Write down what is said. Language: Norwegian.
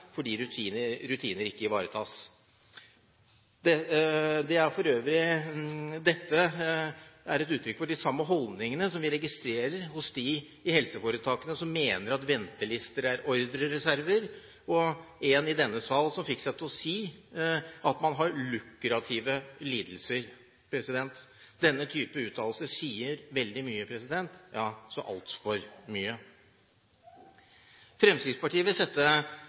fordi rutiner ikke ivaretas. For øvrig er dette et uttrykk for de samme holdningene som vi registrerer hos dem i helseforetakene som mener at ventelister er ordrereserver – og til en i denne sal som fikk seg til å si at man har lukrative lidelser. Denne type uttalelser sier veldig mye, ja så altfor mye. Fremskrittspartiet vil sette